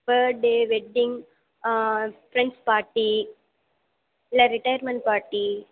birth டே wedding friends party இல்லை retirement party